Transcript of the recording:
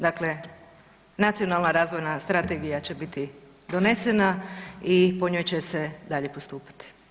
Dakle, Nacionalna razvojna strategija će biti donesena i po njoj će se dalje postupati.